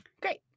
Great